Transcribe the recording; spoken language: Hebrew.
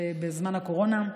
בזמן הקורונה,